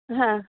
હા